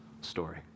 story